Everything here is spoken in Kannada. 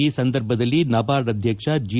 ಈ ಸಂದರ್ಭದಲ್ಲಿ ನಬಾರ್ಡ್ ಅಧ್ಯಕ್ಷ ಜಿ